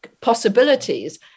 possibilities